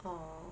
orh